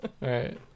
right